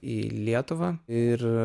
į lietuvą ir